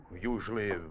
Usually